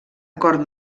acord